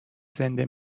زنده